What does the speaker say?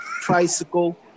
tricycle